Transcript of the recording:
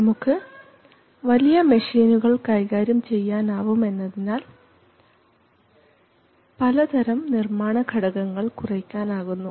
നമുക്ക് വലിയ മെഷീനുകൾ കൈകാര്യം ചെയ്യാനാവും എന്നതിനാൽ പലതരം നിർമാണ ഘടകങ്ങൾ കുറയ്ക്കാൻ ആകുന്നു